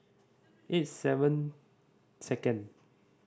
eight seven second